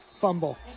Fumble